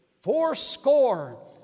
fourscore